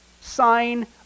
sign